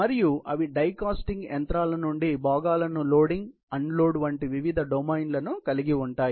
మరియు అవి die casting యంత్రాల నుండి భాగాల ను లోడింగ్ అన్లోడ్ వంటి వివిధ డొమైన్లను కలిగి ఉంటాయి